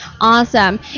Awesome